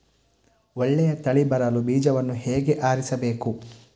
ಒಳ್ಳೆಯ ತಳಿ ಬರಲು ಬೀಜವನ್ನು ಹೇಗೆ ಆರಿಸಬೇಕು?